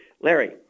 Larry